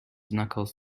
knuckles